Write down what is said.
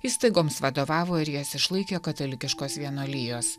įstaigoms vadovavo ir jas išlaikė katalikiškos vienuolijos